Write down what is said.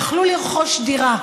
יכלו לרכוש דירה.